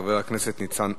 חבר הכנסת ניצן הורוביץ.